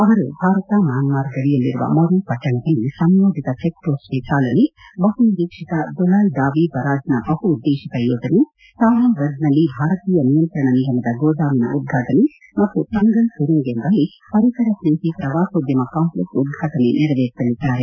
ಅವರು ಭಾರತ ಮ್ಯಾನ್ಮಾರ್ ಗಡಿಯಲ್ಲಿರುವ ಮೊರೆ ಪಟ್ಟಣದಲ್ಲಿ ಸಂಯೋಜಿತ ಚೆಕ್ಪೋಸ್ಟ್ಗೆ ಚಾಲನೆ ಬಹು ನಿರೀಕ್ಷಿತ ದೊಲಾಯ್ದಾವಿ ಬರಾಜ್ನ ಬಹು ಉದ್ಲೇಶಿತ ಯೋಜನೆ ಸಾವೋನ್ಬರ್ಗ್ನಲ್ಲಿ ಭಾರತೀಯ ನಿಯಂತ್ರಣ ನಿಗಮದ ಗೋದಾಮಿನ ಉದ್ಘಾಟನೆ ಮತ್ತು ತಂಗಲ್ ಸುರುಂಗ್ ಎಂಬಲ್ಲಿ ಪರಿಸರ ಸ್ನೇಹಿ ಪ್ರವಾಸೋದ್ಯಮ ಕಾಂಪ್ಲೆಕ್ಸ್ ಉದ್ಘಾಟನೆ ನೆರವೇರಿಸಲಿದ್ದಾರೆ